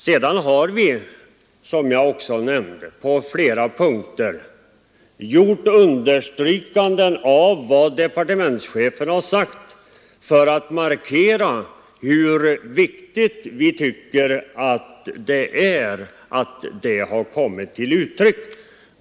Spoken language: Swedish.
Sedan har vi, som jag också nämnde, på flera punkter understrukit vad departementschefen har anfört. Vi har därmed velat markera hur viktigt vi tycker det är att detta har kommit till uttryck.